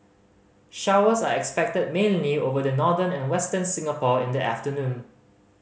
showers are expected mainly over the northern and Western Singapore in the afternoon